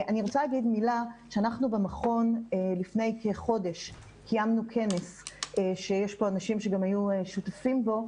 אנחנו במכון לפני כחודש קיימנו כנס שיש בו אנשים שגם היו שותפים בו,